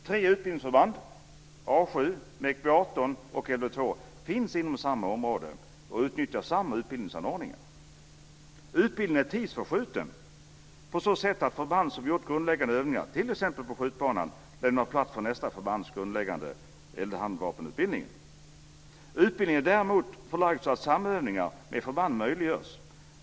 Tre utbildningsförband, A 7, Mek B 18 och Lv 2, finns inom samma område och utnyttjar samma utbildningsanordningar. Utbildningen är tidsförskjuten på så sätt att ett förband som gjort grundläggande övningar, t.ex. på skjutbanan, lämnar plats för nästa förbands grundläggande eldhandvapenutbildning. Utbildningen är däremot förlagd så att samövningar med förband möjliggörs.